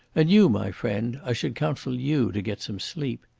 and you, my friend, i should counsel you to get some sleep.